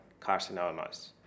carcinomas